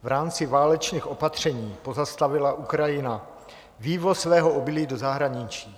V rámci válečných opatření pozastavila Ukrajina vývoz svého obilí do zahraničí.